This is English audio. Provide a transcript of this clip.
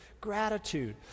gratitude